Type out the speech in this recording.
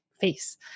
face